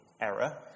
error